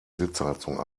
sitzheizung